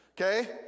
Okay